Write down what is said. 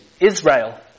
Israel